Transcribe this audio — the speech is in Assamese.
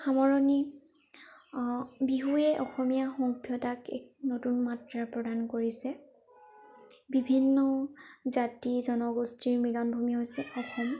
সামৰণি বিহুৱে অসমীয়া সভ্যতাক এক নতুন মাত্ৰা প্ৰদান কৰিছে বিভিন্ন জাতি জনগোষ্ঠীৰ মিলনভূমি হৈছে অসম